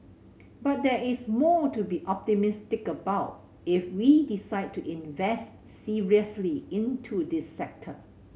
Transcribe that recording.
but there is more to be optimistic about if we decide to invest seriously into this sector